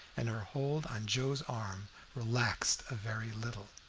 and her hold on joe's arm relaxed a very little.